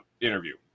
interview